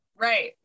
Right